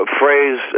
phrase